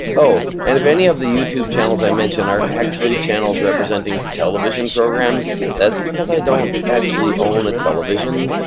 oh, and if any of the youtube channels i mention are actually channels representing television programs, that's because i don't actually own a television,